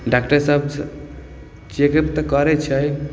doctor सब check up तऽ करै छै